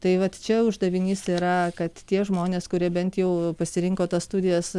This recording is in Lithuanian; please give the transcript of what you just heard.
tai vat čia uždavinys yra kad tie žmonės kurie bent jau pasirinko tas studijas